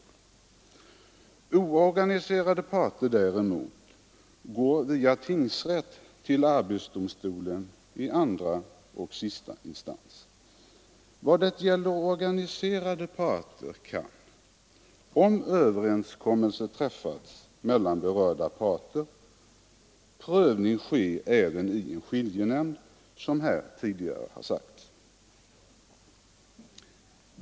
Tvister som rör oorganiserade arbetstagare går däremot via tingsrätt till arbetsdomstolen i andra och sista instans. I vad gäller organiserade arbetstagare kan, om överenskommelse därom träffas mellan berörda parter, prövning ske även i skiljenämnd.